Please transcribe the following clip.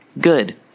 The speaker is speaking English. Good